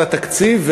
התקציב,